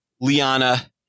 liana